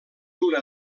una